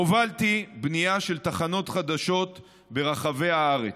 הובלתי בנייה של תחנות חדשות ברחבי הארץ.